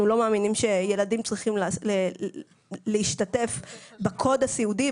אנחנו לא מאמינים שילדים צריכים להשתתף בקוד הסיעודי.